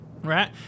right